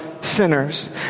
sinners